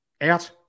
out